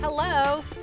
Hello